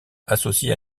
associé